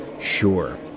sure